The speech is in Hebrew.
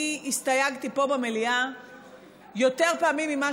אני הסתייגתי פה במליאה יותר פעמים ממה